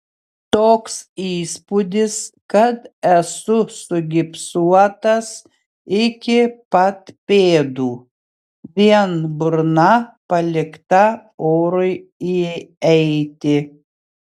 toks įspūdis kad esu sugipsuotas iki pat pėdų vien burna palikta orui įeiti